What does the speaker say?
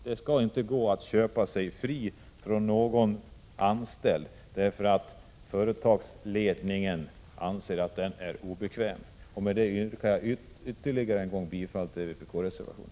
Det skall inte vara möjligt för en företagsledning att köpa sig fri från en anställd som den anser är obekväm. Med detta yrkar jag än en gång bifall till vpk-reservationen.